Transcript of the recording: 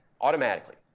automatically